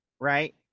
Right